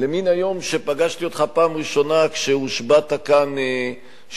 למן היום שפגשתי אותך פעם ראשונה כשהושבעת כאן שוב,